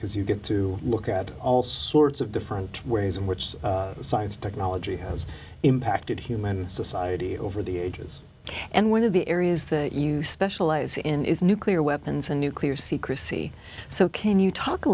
because you get to look at all sorts of different ways in which science technology has impacted human society over the ages and one of the areas that you specialize in is nuclear weapons and nuclear secrecy so can you talk a